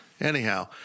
Anyhow